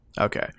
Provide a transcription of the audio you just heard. Okay